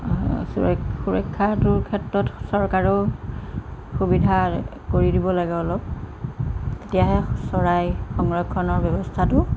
সুৰক্ষাটোৰ ক্ষেত্ৰত চৰকাৰেও সুবিধা কৰি দিব লাগে অলপ তেতিয়াহে চৰাই সংৰক্ষণৰ ব্যৱস্থাটো